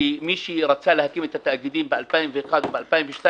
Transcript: כי מי שרצה להקים את התאגידים ב-2001 וב-2002